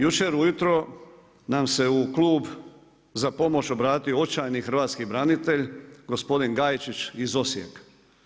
Jučer ujutro nam se u klub za pomoć obratio očajni hrvatski branitelj, gospodin Gajčić iz Osijeka.